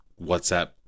whatsapp